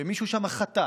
מישהו שם חטא